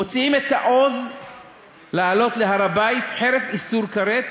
מוצאים את העוז לעלות להר-הבית חרף איסור כרת